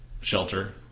shelter